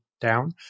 down